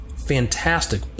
Fantastic